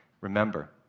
Remember